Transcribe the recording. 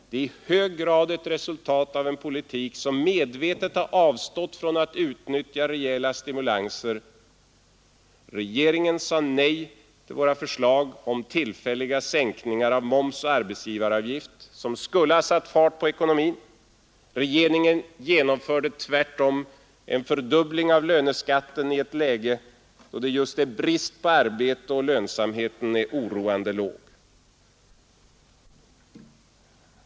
De är i hög grad ett resultat av en politik som medvetet har avstått från att utnyttja rejäla stimulanser. Regeringen sade nej till våra förslag om tillfälliga sänkningar av moms och arbetsgivaravgift, som skulle ha satt fart på ekonomin. Regeringen genomförde tvärtom en fördubbling av löneskatten i ett läge, då det just är brist på arbete och då lönsamheten är oroande låg.